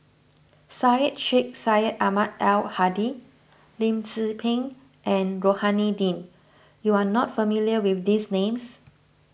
Syed Sheikh Syed Ahmad Al Hadi Lim Tze Peng and Rohani Din you are not familiar with these names